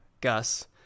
Gus